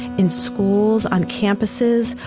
in schools, on campuses,